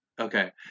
Okay